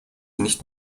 nicht